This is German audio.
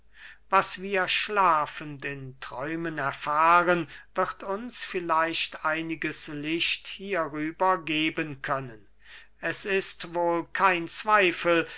was wir schlafend in träumen erfahren wird uns vielleicht einiges licht hierüber geben können es ist wohl kein zweifel